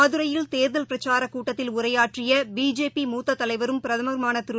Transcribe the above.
மதுரையில் தேர்தல் பிரச்சாரகூட்டத்தில் உரையாற்றியபிஜேபி மூத்ததலைவரும் பிரதமருமானதிரு